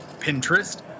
Pinterest